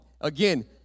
Again